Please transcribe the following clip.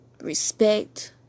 respect